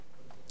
בהתאם לכך,